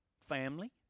Family